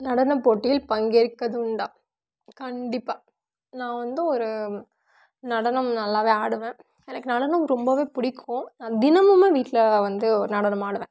நடனப் போட்டியில் பங்கேற்கது உண்டா கண்டிப்பாக நான் வந்து ஒரு நடனம் நல்லாவே ஆடுவேன் எனக்கு நடனம் ரொம்பவே பிடிக்கும் நான் தினமுமே வீட்டில் வந்து நடனம் ஆடுவேன்